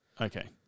okay